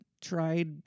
tried